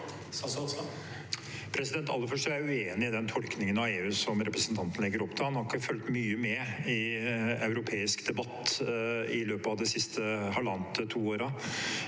Aller først er jeg uenig i den tolkningen av EU som representanten legger opp til. Han har ikke fulgt mye med i europeisk debatt i løpet av det siste halvannet til to årene